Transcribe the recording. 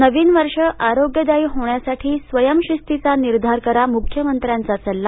नवीन वर्ष आरोग्यदायी होण्यासाठी स्वयंशिस्तिचा निर्धार करा मुख्यमंत्र्यांचा सल्ला